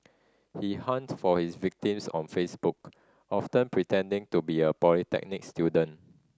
he hunted for his victims on Facebook often pretending to be a polytechnic student